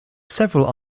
several